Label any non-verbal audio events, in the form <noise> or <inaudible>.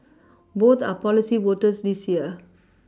both are policy voters this year <noise>